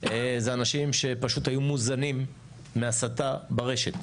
זה אנשים שפשוט היו מוזנים מהסתה ברשת.